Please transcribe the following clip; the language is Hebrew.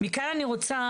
אני רוצה